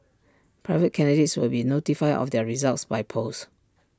private candidates will be notified of their results by post